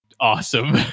awesome